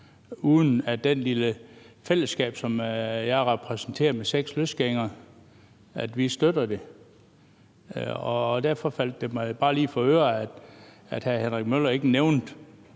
uden at det lille fællesskab med seks løsgængere, som jeg repræsenterer, støtter det. Derfor faldt det mig bare lige for brystet, at hr. Henrik Møller ikke nævnte